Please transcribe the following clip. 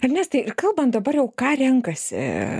ernestai ir kalbant dabar jau ką renkasi